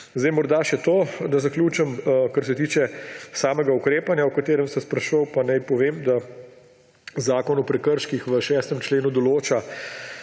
Morda še to, da zaključim. Kar se tiče samega ukrepanja, o katerem ste spraševali, naj povem, da Zakon o prekrških v 6. členu določa